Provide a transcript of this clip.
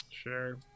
sure